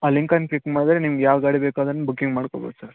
ಆ ಲಿಂಕನ್ನು ಕ್ಲಿಕ್ ಮಾಡಿದ್ರೆ ನಿಮ್ಗೆ ಯಾವ ಗಾಡಿ ಬೇಕೋ ಅದನ್ನು ಬುಕ್ಕಿಂಗ್ ಮಾಡ್ಕೊಬೋದು ಸರ್